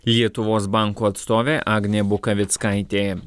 lietuvos banko atstovė agnė bukavickaitė